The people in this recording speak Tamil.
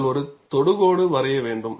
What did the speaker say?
நீங்கள் ஒரு தொடுகோடு வரைய வேண்டும்